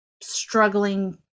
struggling